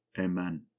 amen